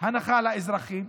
הנחה לאזרחים.